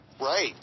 Right